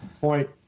Point